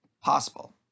Possible